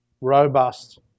robust